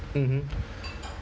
mmhmm